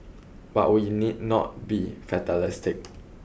but we need not be fatalistic